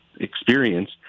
experience